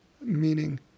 Meaning